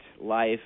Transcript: life